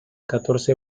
catorce